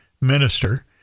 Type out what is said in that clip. minister